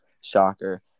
Shocker